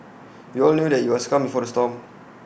we all knew that IT was calm before the storm